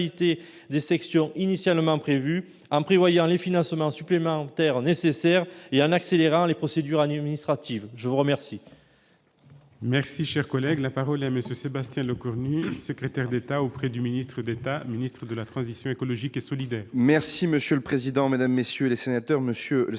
des sections initialement prévues, en prévoyant les financements supplémentaires nécessaires et en accélérant les procédures administratives ? La parole